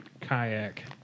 kayak